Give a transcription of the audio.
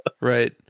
Right